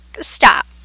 stop